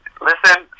listen